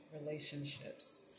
relationships